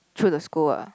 through the school ah